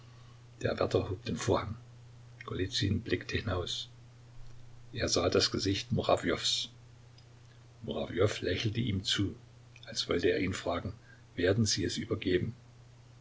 der wärter hob den vorhang golizyn blickte hinaus er sah das gesicht murawjows murawjow lächelte ihm zu als wollte er ihn fragen werden sie es übergeben